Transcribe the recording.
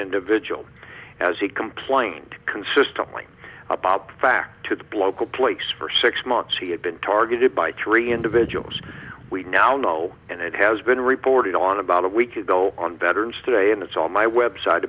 individual as he complained consistently about the fact to the bloke a place for six months he had been targeted by three individuals we now know and it has been reported on about a week ago on veterans day and it's on my web site